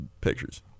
pictures